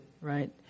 right